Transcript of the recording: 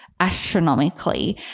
astronomically